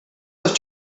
have